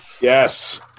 Yes